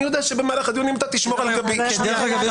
אני יודע שבמהלך הדיונים אתה תשמור על --- דרך אגב,